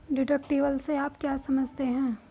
Deductible से आप क्या समझते हैं?